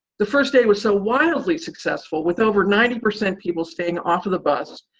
the first day was so wildly successful, with over ninety percent people staying off of the bus,